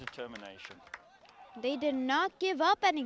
determination they did not give up an